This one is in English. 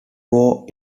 war